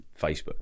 Facebook